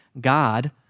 God